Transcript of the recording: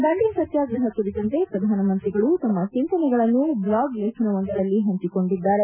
ದಂಡಿ ಸತ್ಕಾಗ್ರಹ ಕುರಿತಂತೆ ಪ್ರಧಾನಂತ್ರಿಗಳು ತಮ್ಮ ಚಿಂತನೆಗಳನ್ನು ಬ್ಲಾಗ್ ಲೇಖನವೊಂದರಲ್ಲಿ ಪಂಚಿಕೊಂಡಿದ್ದಾರೆ